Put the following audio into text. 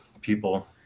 people